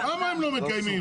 למה הם לא מקיימים?